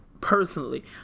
personally